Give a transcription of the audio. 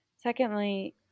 secondly